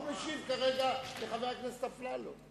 הוא משיב כרגע לחבר הכנסת אפללו.